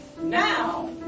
Now